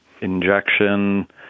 injection